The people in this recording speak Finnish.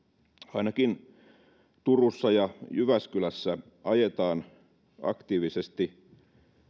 ainakin turussa ja jyväskylässä ajetaan aktiivisesti